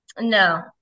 no